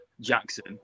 Jackson